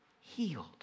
healed